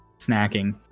snacking